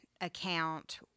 account